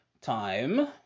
time